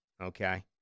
okay